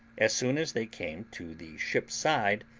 as soon as they came to the ship's side,